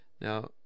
Now